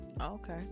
okay